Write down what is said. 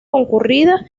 concurrida